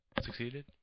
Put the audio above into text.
succeeded